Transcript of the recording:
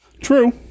True